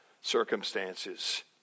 circumstances